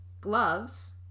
gloves